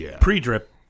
pre-drip